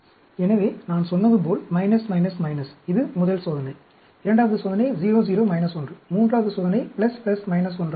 எனவே நான் சொன்னது போல் இது முதல் சோதனை இரண்டாவது சோதனை 0 0 1 மூன்றாவது சோதனை 1 ஆக இருக்கும்